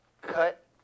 cut